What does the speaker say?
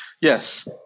Yes